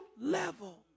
level